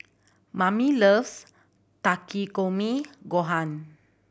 Mamie loves Takikomi Gohan